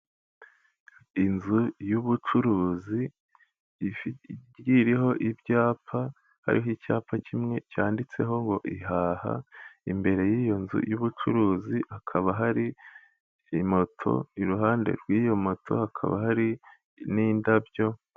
Inzu y'ubucuruziri igiye iriho ibyapa, hariho icyapa kimwe cyanditseho ngo ihaha, imbere y'iyo nzu y'ubucuruzi hakaba hari moto, iruhande rw'iyo moto hakaba hari n'indabyo.